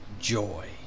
joy